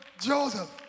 Joseph